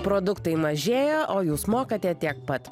produktai mažėja o jūs mokate tiek pat